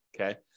Okay